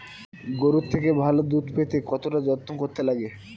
গরুর থেকে ভালো দুধ পেতে কতটা যত্ন করতে লাগে